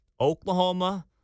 Oklahoma